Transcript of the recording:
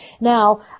now